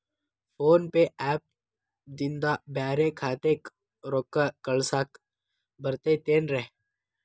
Phone pay app ನಿಂದ ಬ್ಯಾರೆ ಖಾತೆಕ್ ರೊಕ್ಕಾ ಕಳಸಾಕ್ ಬರತೈತೇನ್ರೇ?